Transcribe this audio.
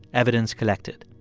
evidence collected.